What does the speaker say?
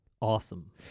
Awesome